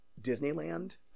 Disneyland